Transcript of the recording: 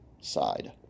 side